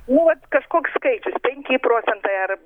nu vat kažkoks skaičius penki procentai ar